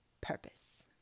purpose